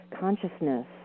consciousness